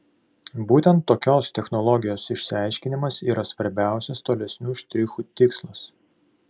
būtent tokios technologijos išsiaiškinimas yra svarbiausias tolesnių štrichų tikslas